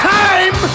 time